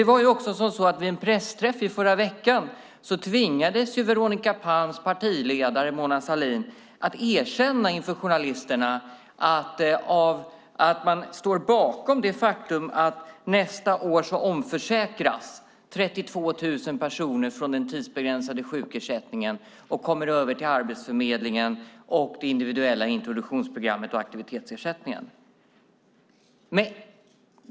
Vid en pressträff i förra veckan tvingades Veronica Palms partiledare Mona Sahlin inför journalisterna erkänna att Socialdemokraterna står bakom det faktum att 32 000 personer nästa år omförsäkras från den tidsbegränsade sjukersättningen och kommer över till Arbetsförmedlingen och det individuella introduktionsprogrammet och aktivitetsersättningen.